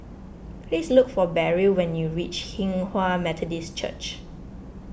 please look for Beryl when you reach Hinghwa Methodist Church